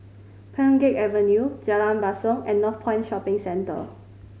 Pheng Geck Avenue Jalan Basong and Northpoint Shopping Centre